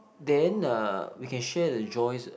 then uh we can share the joys